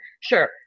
Sure